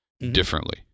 differently